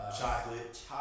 Chocolate